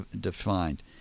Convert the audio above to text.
defined